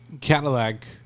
Cadillac